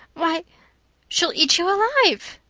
why she'll eat you alive!